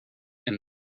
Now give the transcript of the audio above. and